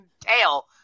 tail